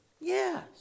Yes